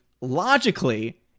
logically